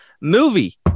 movie